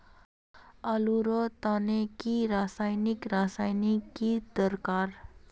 आलूर तने की रासायनिक रासायनिक की दरकार?